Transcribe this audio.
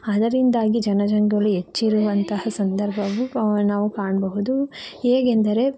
ಅದರಿಂದಾಗಿ ಜನಜಂಗುಳಿ ಹೆಚ್ಚಿರುವಂತಹ ಸಂದರ್ಭವು ನಾವು ಕಾಣಬಹುದು ಹೇಗೆಂದರೆ